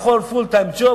"פול טיים ג'וב",